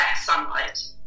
sunlight